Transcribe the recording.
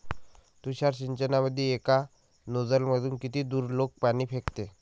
तुषार सिंचनमंदी एका नोजल मधून किती दुरलोक पाणी फेकते?